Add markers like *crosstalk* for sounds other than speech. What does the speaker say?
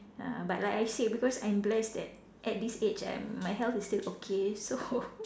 uh but like I said because I'm blessed that at this age I'm my health is still okay so *laughs*